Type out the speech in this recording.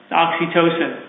oxytocin